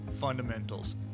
Fundamentals